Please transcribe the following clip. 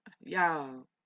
y'all